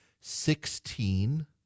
Sixteen